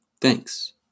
thanks